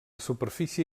superfície